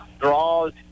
Draws